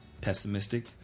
pessimistic